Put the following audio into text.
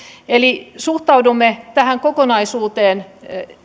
eli suhtaudumme tähän kokonaisuuteen